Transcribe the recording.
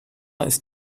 ist